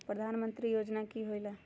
प्रधान मंत्री योजना कि होईला?